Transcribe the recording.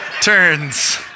turns